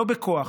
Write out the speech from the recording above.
ולא בכוח,